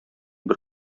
бер